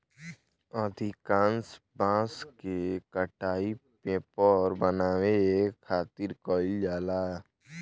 अधिकांश बांस के कटाई पेपर बनावे खातिर कईल जाला